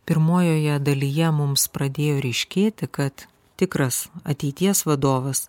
pirmojoje dalyje mums pradėjo ryškėti kad tikras ateities vadovas